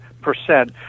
percent